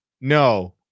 no